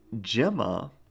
Gemma